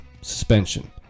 suspension